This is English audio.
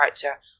character